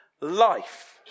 life